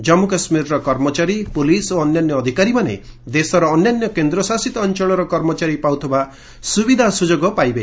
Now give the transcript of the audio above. ଜଜ୍ମୁ କାଶ୍ମୀରର କର୍ମଚାରୀ ପୁଲିସ୍ ଓ ଅନ୍ୟାନ୍ୟ ଅଧିକାରୀମାନେ ଦେଶର ଅନ୍ୟାନ୍ୟ କେନ୍ଦ୍ରଶାସିତ ଅଞ୍ଚଳର କର୍ମଚାରୀ ପାଉଥିବା ସୁବିଧା ସୁଯୋଗ ପାଇବେ